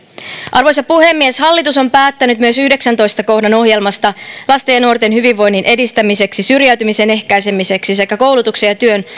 arvoisa puhemies hallitus on päättänyt myös yhdeksännentoista kohdan ohjelmasta lasten ja nuorten hyvinvoinnin edistämiseksi syrjäytymisen ehkäisemiseksi sekä koulutuksen ja työn